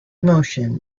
emotion